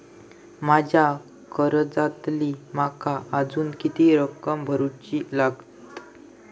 माझ्या कर्जातली माका अजून किती रक्कम भरुची लागात?